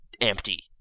empty